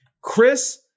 Chris